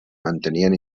mantenien